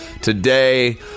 today